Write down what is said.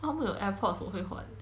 他们有 airpods 我会换